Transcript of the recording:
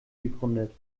gegründet